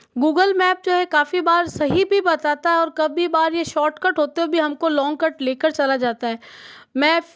Google map जो है काफ़ी बार सही भी बताता है और कभी बार ये शॉर्टकट होते भी हमको लॉन्ग कट लेकर चला जाता है मैं